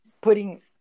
putting